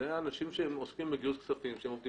זה האנשים שעוסקים בגיוס כספים שאמרו